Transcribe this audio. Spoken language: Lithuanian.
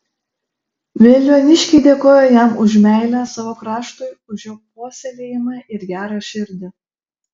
veliuoniškiai dėkoja jam už meilę savo kraštui už jo puoselėjimą ir gerą širdį